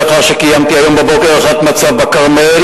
לאחר שקיימתי היום בבוקר הערכת מצב בכרמל,